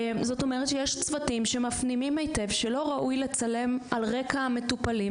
זאת אומרת שיש צוותים שמפנימים היטב שלא ראוי לצלם על רקע המטופלים,